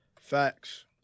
Facts